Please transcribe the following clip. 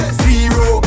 zero